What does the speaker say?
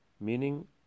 Meaning